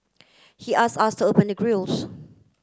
he asked us to open the grilles